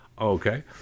okay